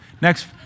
Next